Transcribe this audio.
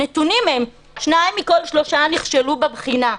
הנתונים הם ששניים מתוך כל שלושה נכשלו בבחינה.